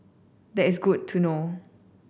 that is good to know